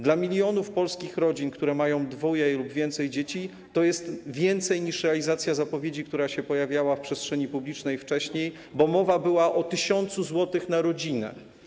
Dla milionów polskich rodzin, które mają dwoje lub więcej dzieci, to jest więcej niż realizacja zapowiedzi, która się pojawiała w przestrzeni publicznej wcześniej, bo była mowa o 1 tys. zł na rodzinę.